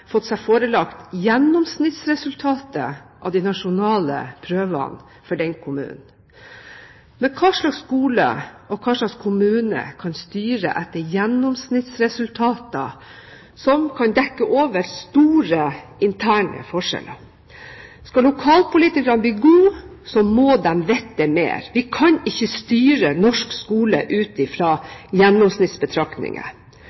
fått seg forelagt gjennomsnittsresultatet av de nasjonale prøvene for den kommunen. Men hva slags skole og hva slags kommune kan styre etter gjennomsnittsresultater som kan dekke over store interne forskjeller? Skal lokalpolitikerne bli gode, må de vite mer. Vi kan ikke styre norsk skole ut